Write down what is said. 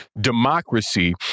democracy